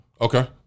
Okay